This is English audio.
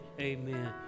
amen